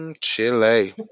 chile